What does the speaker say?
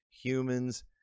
humans